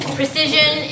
precision